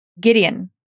Gideon